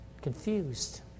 confused